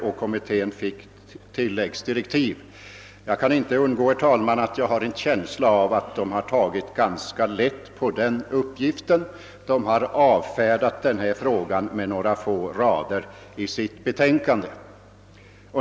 Jag kan emellertid inte undgå intrycket att man tagit ganska lätt på den uppgiften. Man har avfärdat frågan med några få rader i betänkandet.